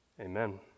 amen